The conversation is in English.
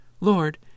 Lord